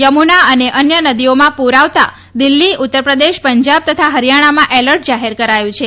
થમુના અને અન્ય નદીઓમાં પૂર આવતા દિલ્ફી ઉત્તરપ્રદેશ પંજાબ તથા ફરીયાણામાં એલર્ટ જાહેર કરાયું છે